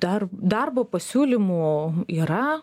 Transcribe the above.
dar darbo pasiūlymų yra